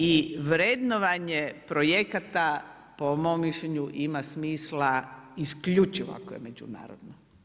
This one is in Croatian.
I vrednovanje projekata po mom mišljenju ima smisla isključivo ako je međunarodna.